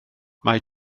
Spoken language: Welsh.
mae